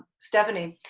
stephanie,